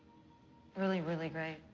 really, really great.